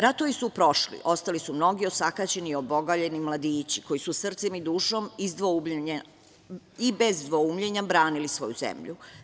Ratovi su prošli, ostali su mnogi osakaćeni, oboganjeni mladići koji su srcem i dušom bez dvoumljenja branili svoju zemlju.